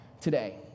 today